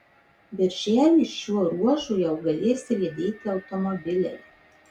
birželį šiuo ruožu jau galės riedėti automobiliai